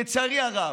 לצערי הרב,